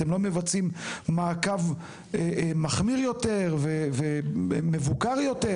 אתם לא מבצעים מעקב מחמיר יותר ומבוקר יותר.